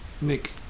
Nick